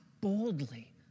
boldly